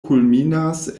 kulminas